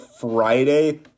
friday